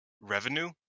revenue